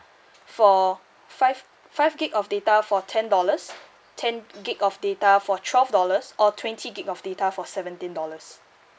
for five five gig of data for ten dollars ten gig of data for twelve dollars or twenty gig of data for seventeen dollars